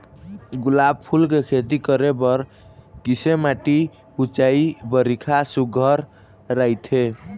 गुलाब फूल के खेती करे बर किसे माटी ऊंचाई बारिखा सुघ्घर राइथे?